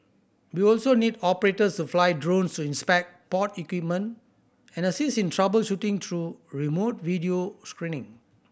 we will also need operators to fly drones inspect port equipment and assist in troubleshooting through remote video screening